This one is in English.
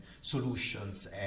solutions